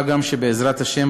מה גם שבעזרת השם,